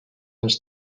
ens